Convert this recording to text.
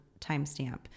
timestamp